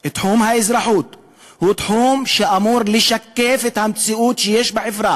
תחום האזרחות הוא תחום שאמור לשקף את המציאות בחברה